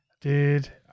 dude